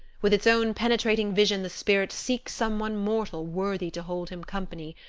with its own penetrating vision the spirit seeks some one mortal worthy to hold him company,